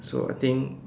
so I think